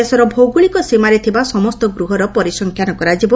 ଦେଶର ଭୌଗୋଳିକ ସୀମାରେ ଥିବା ସମସ୍ତ ଗୃହର ପରିସଂଖ୍ୟାନ କରାଯିବ